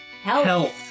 Health